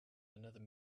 another